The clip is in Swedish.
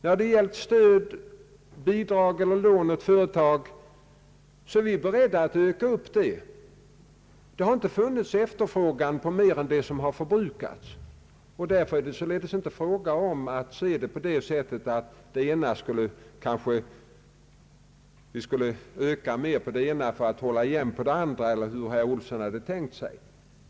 I fråga om stöd, lån eller bidrag till företag är vi beredda att öka beloppen. Det har inte funnits efterfrågan på mer än vad som har förbrukats, och därför är det således inte fråga om att se det på det sättet att vi skulle öka mer på det ena för att hålla igen på det andra, eller hur herr Olsson hade tänkt sig.